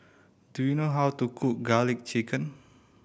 do you know how to cook Garlic Chicken